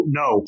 no